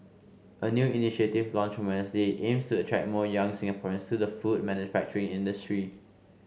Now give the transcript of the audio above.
a new initiative launched on Wednesday aims to attract more young Singaporeans to the food manufacturing industry